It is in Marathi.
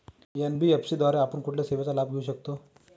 एन.बी.एफ.सी द्वारे आपण कुठल्या सेवांचा लाभ घेऊ शकतो?